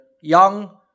young